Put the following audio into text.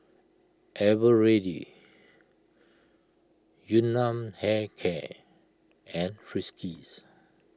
Eveready Yun Nam Hair Care and Friskies